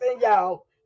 y'all